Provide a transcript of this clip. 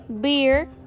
beer